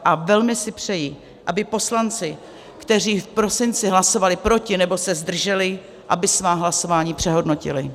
A velmi si přeji, aby poslanci, kteří v prosinci hlasovali proti nebo se zdrželi, svá hlasování přehodnotili.